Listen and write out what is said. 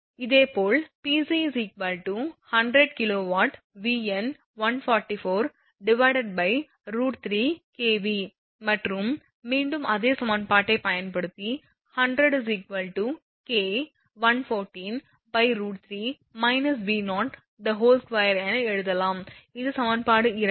இதேபோல் Pc 100 kW Vn 114 √3kV மற்றும் மீண்டும் அதே சமன்பாட்டைப் பயன்படுத்தி 100 k 114 √3− V0 2 என எழுதலாம் இது சமன்பாடு 2